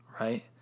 right